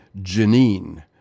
Janine